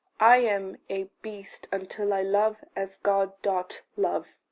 i am a beast until i love as god doth love.